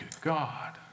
God